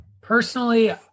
Personally